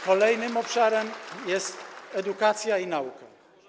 Kolejnym obszarem jest edukacja i nauka.